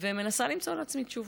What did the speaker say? ומנסה למצוא לעצמי תשובות,